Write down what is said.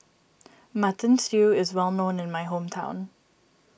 Mutton Stew is well known in my hometown